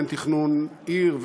אין תכנון עיר,